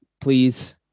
please